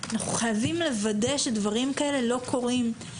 אנחנו חייבים לוודא שדברים כאלה לא קורים,